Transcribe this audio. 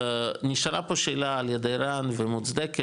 נשאלה פה שאלה על ידי רן ומוצדקת,